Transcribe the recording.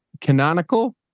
canonical